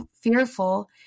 fearful